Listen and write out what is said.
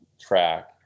track